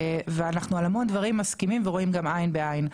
ואנחנו על המון דברים מסכימים ורואים עין בעין,